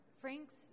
Frank's